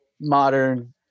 modern